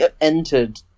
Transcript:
entered